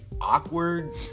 awkward